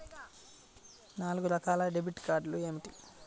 నాలుగు రకాల డెబిట్ కార్డులు ఏమిటి?